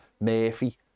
Murphy